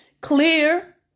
Clear